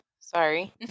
Sorry